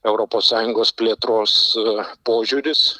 europos sąjungos plėtros požiūris